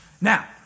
Now